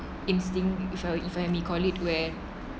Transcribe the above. instinct if I may call where